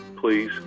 Please